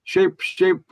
šiaip šiaip